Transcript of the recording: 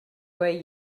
way